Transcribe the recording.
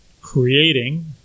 creating